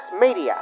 Media